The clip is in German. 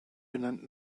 benannt